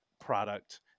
product